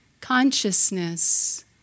consciousness